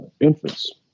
infants